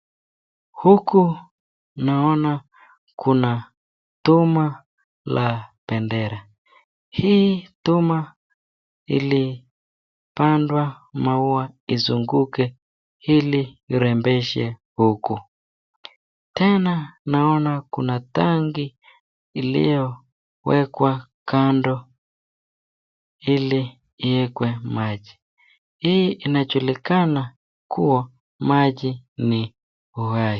Huku naona kuna chuma la bendera. Hii chuma ilipandwa maua izunguke, ili irembeshe huku. Tena naona kuna tanki iliyo wekwa kando ili iekwe maji, hii inajulikana kuwa maji ni uhai.